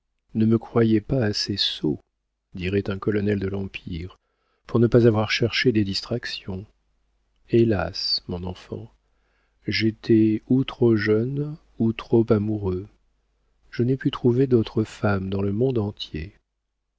ne me croyez pas assez sot dirait un colonel de l'empire pour ne pas avoir cherché des distractions hélas mon enfant j'étais ou trop jeune ou trop amoureux je n'ai pu trouver d'autre femme dans le monde entier